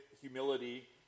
humility